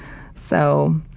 so,